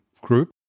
group